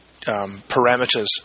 parameters